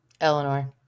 Eleanor